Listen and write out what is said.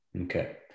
Okay